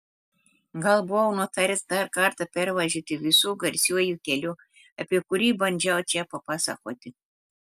gal buvau nutaręs dar kartą pervažiuoti visu garsiuoju keliu apie kurį bandžiau čia papasakoti